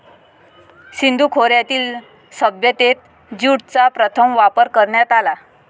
सिंधू खोऱ्यातील सभ्यतेत ज्यूटचा प्रथम वापर करण्यात आला